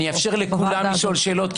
אני אאפשר לכולם לשאול שאלות,